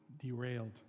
derailed